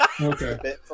Okay